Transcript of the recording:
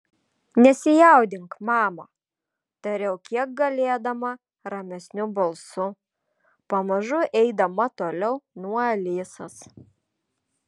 nesijaudink mama tariau kiek galėdama ramesniu balsu pamažu eidama toliau nuo alisos